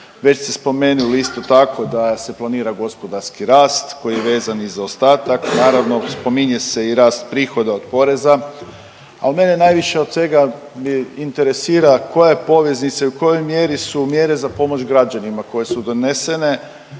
Već ste spomenuli, isto tako, da se planira gospodarski rast, koji je vezan i za ostatak, naravno, spominje se i rast prihoda od poreza, ali mene najviše od svega me interesira koja je poveznica i u kojoj mjeri su mjere za pomoć građanima koje su donesene